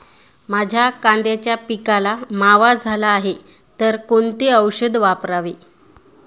माझ्या कांद्याच्या पिकाला मावा झाला आहे तर कोणते औषध वापरावे?